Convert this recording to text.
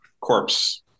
corpse